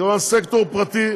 מכיוון שהסקטור הפרטי,